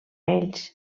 ells